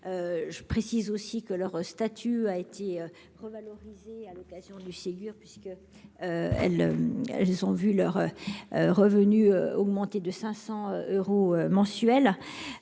Je précise que leur statut a été revalorisé à l'occasion du Ségur de la santé puisqu'elles ont vu leurs revenus augmenter de 500 euros mensuels.